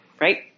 Right